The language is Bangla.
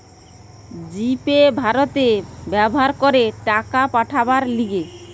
জি পে ভারতে ব্যবহার করে টাকা পাঠাবার লিগে